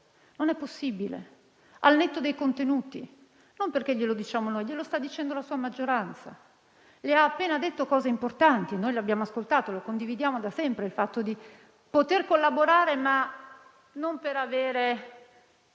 Non è possibile, al netto dei contenuti. Non perché glielo diciamo noi: glielo sta dicendo la sua maggioranza. Ha appena detto cose importanti. Noi abbiamo ascoltato e condividiamo da sempre il fatto di poter collaborare, ma non per avere